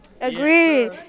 Agreed